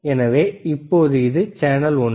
எனவே இப்போது இது சேனல் ஒன்று